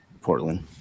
Portland